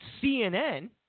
CNN